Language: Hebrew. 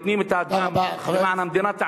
נותנים את הדם למען המדינה,